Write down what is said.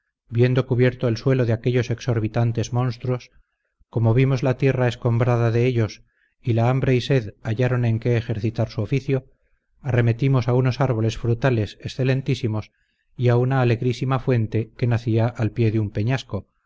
viendo cubierto el suelo de aquellos exorbitantes monstruos como vimos la tierra escombrada de ellos y la hambre y sed hallaron en que ejercitar su oficio arremetimos a unos árboles frutales excelentísimos y a una alegrísima fuente que nacía al pie de un peñasco